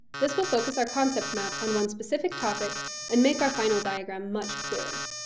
this will focus our concept map on one specific topic and make our final diagram much clearer.